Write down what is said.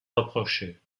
reprocher